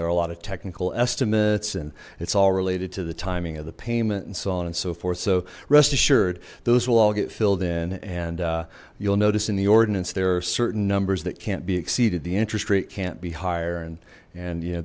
there are a lot of technical estimates and it's all related to the timing of the payment and so on and so forth so rest assured those will all get filled in and you'll notice in the ordinance there are certain numbers that can't be exceeded the interest rate can't be higher and and you know